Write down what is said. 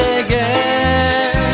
again